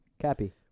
Cappy